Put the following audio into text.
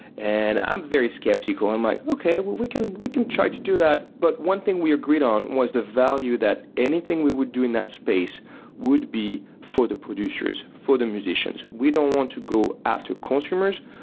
and i'm very skeptical. i'm like, okay, well we can we can try to do that. but one thing we agreed on was the value that anything we would do in that space would be for the producers, for the musicians. we don't want to go after consumers.